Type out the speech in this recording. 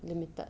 limited